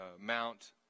mount